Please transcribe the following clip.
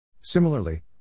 Similarly